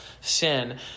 sin